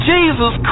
Jesus